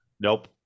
Nope